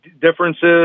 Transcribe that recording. differences